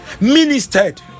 ministered